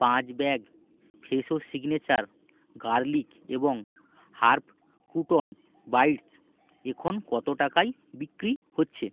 পাঁচ bag Fresho signature garlic এবং herb crouton bites এখন কত টাকায় বিক্রি হচ্ছে